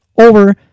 over